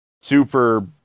super